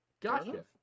Gotcha